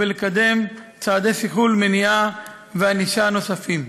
ולקדם צעדי סיכול ומניעה וענישה נוספים.